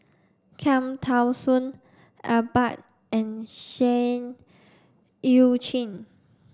Cham Tao Soon Iqbal and Seah Eu Chin